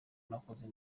bakoze